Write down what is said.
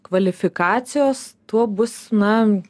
kvalifikacijos tuo bus na